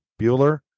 Bueller